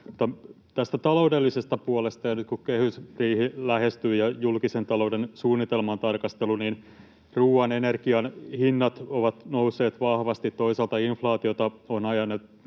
Tästä taloudellisesta puolesta, nyt kun kehysriihi ja julkisen talouden suunnitelman tarkastelu lähestyvät: ruoan ja energian hinnat ovat nousseet vahvasti. Toisaalta inflaatiota ovat ajaneet